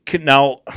Now